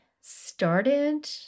started